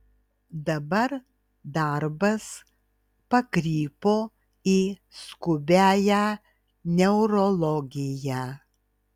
dabar darbas pakrypo į skubiąją neurologiją